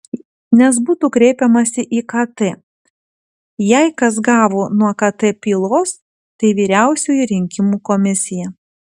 nes būtų kreipiamasi į kt jei kas gavo nuo kt pylos tai vyriausioji rinkimų komisija